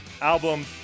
album